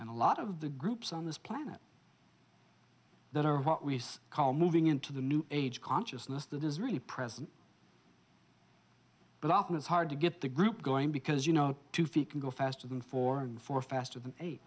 and a lot of the groups on this planet that are what we call moving into the new age consciousness that is really present blackness hard to get the group going because you know two feet can go faster than four for faster than eight